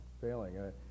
failing